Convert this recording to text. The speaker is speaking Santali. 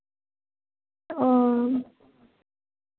ᱚ